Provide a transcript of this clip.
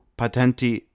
patenti